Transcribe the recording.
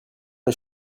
les